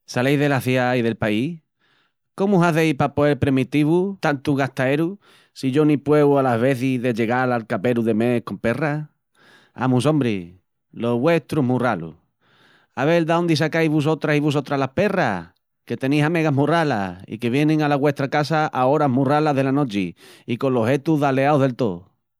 saleis dela ciá i del país? Comu hazeis pa poel premitíl-vus tantu gastaeru si yo ni pueu alas vezis de llegal al caberu de mes con perras? Amus ombri, lo vuestru es mu ralu, a vel daondi sacais vusotras i vusotras las perras que tenís amegas mu ralas i que vienin ala güestra casa a oras mu ralas dela nochi i colos jetus daleaus del tó.